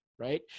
Right